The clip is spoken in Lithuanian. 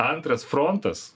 antras frontas